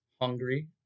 hungry